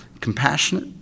compassionate